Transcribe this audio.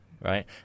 Right